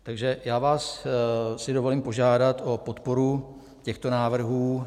Takže já vás si dovolím požádat o podporu těchto návrhů.